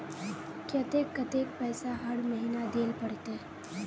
केते कतेक पैसा हर महीना देल पड़ते?